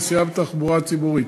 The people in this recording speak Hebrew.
ונסיעה בתחבורה ציבורית.